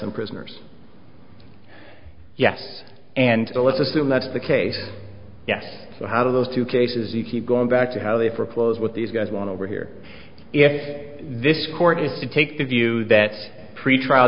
and prisoners yes and let's assume that's the case yes so how do those two cases you keep going back to how they foreclose what these guys want to over here if this court is to take the view that pretrial